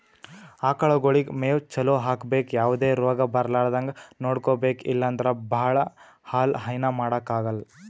ಆಕಳಗೊಳಿಗ್ ಮೇವ್ ಚಲೋ ಹಾಕ್ಬೇಕ್ ಯಾವದೇ ರೋಗ್ ಬರಲಾರದಂಗ್ ನೋಡ್ಕೊಬೆಕ್ ಇಲ್ಲಂದ್ರ ಭಾಳ ಹಾಲ್ ಹೈನಾ ಮಾಡಕ್ಕಾಗಲ್